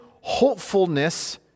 hopefulness